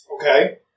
Okay